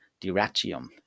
Diracium